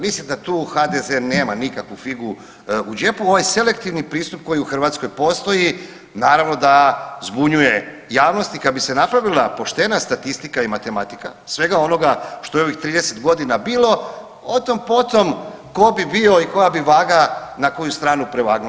Mislim da tu HDZ nema nikakvu figu u džepu, ovo je selektivni pristup koji u Hrvatskoj postoji naravno da zbunjuje javnost i kada bi se napravila poštena statistika i matematika svega onoga što je u ovih 30 godina bilo, o tom potom tko bi bio i koja bi vaga na koju stranu prevagnula.